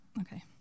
okay